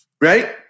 right